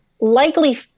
likely